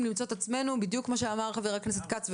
למצוא את עצמנו במצב בדיוק כפי שאמר חבר הכנסת כץ.